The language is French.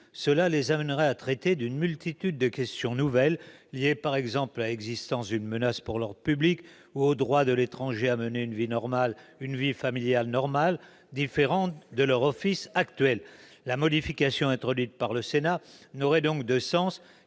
cela les amènerait à traiter d'une multitude de questions nouvelles, liées par exemple à l'existence d'une menace pour l'ordre public ou au droit de l'étranger à mener une vie familiale normale, distinctes de leur office actuel. La modification introduite par le Sénat n'aurait donc de sens